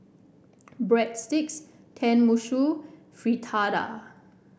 Breadsticks Tenmusu Fritada